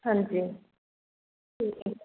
ਹਾਂਜੀ